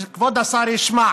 שכבוד השר ישמע: